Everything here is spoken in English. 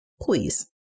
please